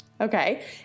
okay